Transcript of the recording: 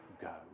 go